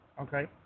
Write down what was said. Okay